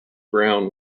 brown